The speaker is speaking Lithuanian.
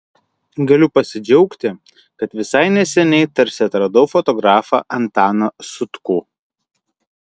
galiu pasidžiaugti kad visai neseniai tarsi atradau fotografą antaną sutkų